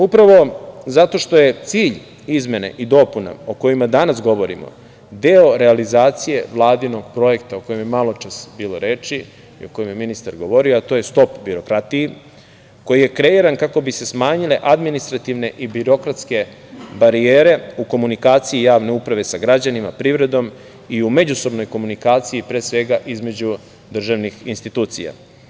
Upravo, zato što je cilj izmene i dopune o kojima danas govorimo deo realizacije Vladinog projekta, o kojem je maločas bilo reči, i kojem je ministar govorio, a to je STOP BIROKRATIJI, koji je kreiran, kako bi se smanjile administrativne i birokratske barijere u komunikaciji javne uprave sa građanima, privredom, i u međusobnoj komunikaciji između, pre svega, državnih institucija.